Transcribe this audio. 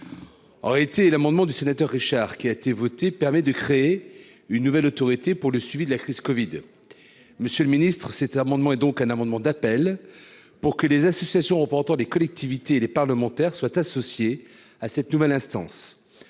été l'amendement du sénateur Richard qui a été votée permet de créer une nouvelle autorité pour le suivi de la crise Covid Monsieur le Ministre, cet amendement est donc un amendement d'appel pour que les associations représentant des collectivités, les parlementaires soient associés à cette nouvelle instance,